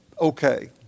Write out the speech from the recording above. okay